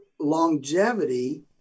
longevity